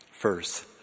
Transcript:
First